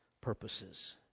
purposes